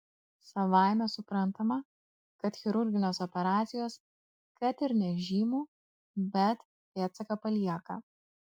savaime suprantama kad chirurginės operacijos kad ir nežymų bet pėdsaką palieka